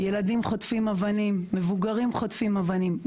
ילדים חוטפים אבנים, מבוגרים חוטפים אבנים.